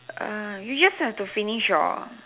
uh you just have to finish your